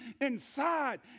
inside